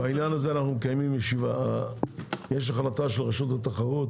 בעניין הזה יש החלטה של רשות התחרות